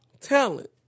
talent